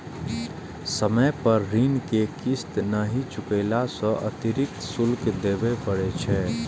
समय पर ऋण के किस्त नहि चुकेला सं अतिरिक्त शुल्क देबय पड़ै छै